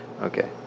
Okay